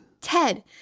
Ted